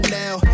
now